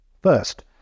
First